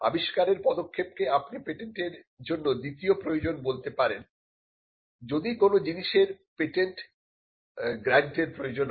আবিষ্কারের পদক্ষেপকে আপনি পেটেন্ট এর জন্য দ্বিতীয় প্রয়োজন বলতে পারেন যদি কোন জিনিসের পেটেন্ট গ্র্যান্টর প্রয়োজন হয়